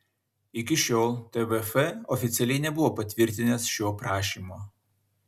iki šiol tvf oficialiai nebuvo patvirtinęs šio prašymo